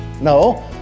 No